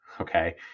Okay